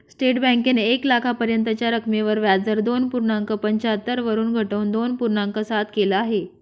state बँकेने एक लाखापर्यंतच्या रकमेवर व्याजदर दोन पूर्णांक पंच्याहत्तर वरून घटवून दोन पूर्णांक सात केल आहे